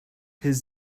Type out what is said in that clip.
his